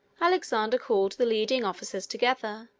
alexander called the leading officers together,